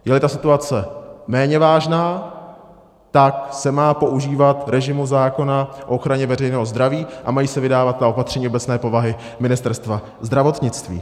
Jeli situace méně vážná, tak se má používat režimu zákona o ochraně veřejného zdraví a mají se vydávat ta opatření obecné povahy Ministerstva zdravotnictví.